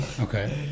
okay